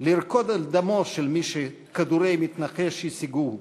לרקוד על דמו של מי שכדורי מתנקש השיגוהו,